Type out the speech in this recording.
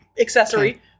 accessory